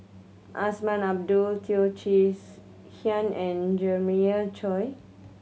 Azman Abdullah Teo Chee Hean and Jeremiah Choy